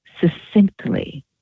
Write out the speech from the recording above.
succinctly